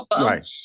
right